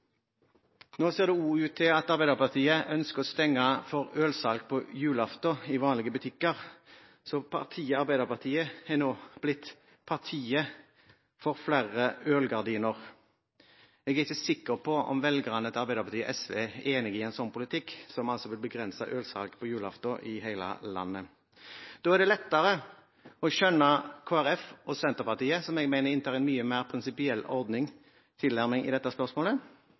Nå ser det også ut til at Arbeiderpartiet ønsker å stenge for ølsalg på julaften i vanlige butikker, så Arbeiderpartiet har nå blitt partiet for flere ølgardiner. Jeg er ikke sikker på om velgerne til Arbeiderpartiet og SV er enig i en slik politikk, som altså vil begrense ølsalget på julaften i hele landet. Da er det lettere å skjønne Kristelig Folkeparti og Senterpartiet, som jeg mener inntar en mye mer prinsipiell tilnærming til dette spørsmålet.